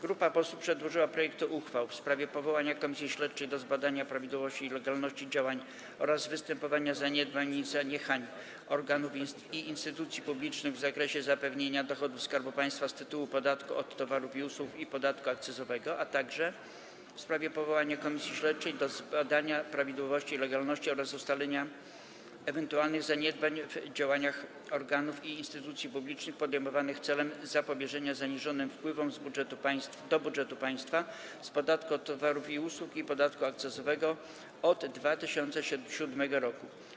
Grupy posłów przedłożyły projekty uchwał: - w sprawie powołania Komisji Śledczej do zbadania prawidłowości i legalności działań oraz występowania zaniedbań i zaniechań organów i instytucji publicznych w zakresie zapewnienia dochodów Skarbu Państwa z tytułu podatku od towarów i usług i podatku akcyzowego, - w sprawie powołania Komisji Śledczej do zbadania prawidłowości i legalności oraz ustalenia ewentualnych zaniedbań w działaniach organów i instytucji publicznych podejmowanych celem zapobieżenia zaniżonym wpływom do budżetu państwa z podatku od towarów i usług i podatku akcyzowego od 2007 r.